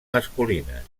masculines